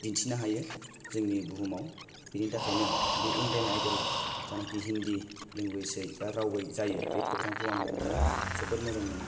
दिन्थिनो हायो जोंनि बुहुमाव बेनि थाखायनो बे इण्डियान आइडल जानाखि हिन्दि लेंगुइज यै बा रावयै जायो बे प्रग्राम खौ आं नायनानै जोबोर मोजां मोनो